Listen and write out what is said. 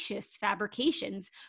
fabrications